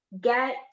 get